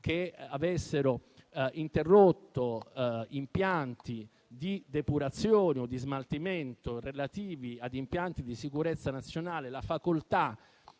che avessero interrotto impianti di depurazione o di smaltimento relativi a impianti di sicurezza nazionale la facoltà